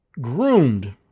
groomed